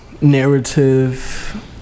narrative